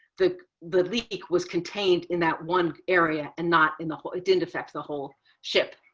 the the leak was contained in that one area and not in the whole, it didn't affect the whole ship.